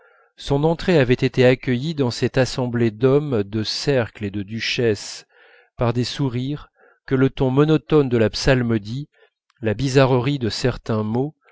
son entrée avait été accueillie dans cette assemblée d'hommes de cercles et de duchesses par des sourires que le ton monotone de la psalmodie la bizarrerie de certains mots